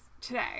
today